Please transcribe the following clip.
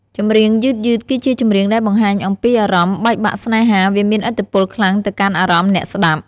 ចម្រៀងយឺតៗ គឺជាចម្រៀងដែលបង្ហាញអំពីអារម្មណ៍បែកបាក់ស្នេហាវាមានឥទ្ធិពលខ្លាំងទៅកាន់អារម្មណ៍អ្នកស្តាប់។